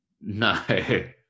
no